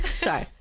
Sorry